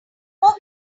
who